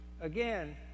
Again